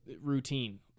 routine